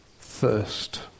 thirst